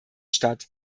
statt